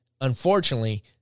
unfortunately